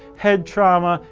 head trauma,